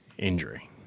Injury